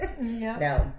No